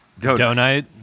Donut